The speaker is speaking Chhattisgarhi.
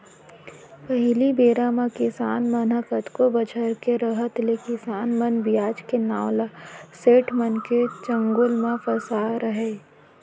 पहिली बेरा म किसान मन ह कतको बछर के रहत ले किसान मन बियाज के नांव ले सेठ मन के चंगुल म फँसे रहयँ